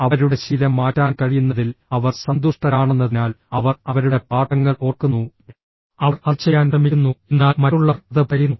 അവരുടെ ശീലം മാറ്റാൻ കഴിയുന്നതിൽ അവർ സന്തുഷ്ടരാണെന്നതിനാൽ അവർ അവരുടെ പാഠങ്ങൾ ഓർക്കുന്നു അവർ അത് ചെയ്യാൻ ശ്രമിക്കുന്നു എന്നാൽ മറ്റുള്ളവർ അത് പറയുന്നു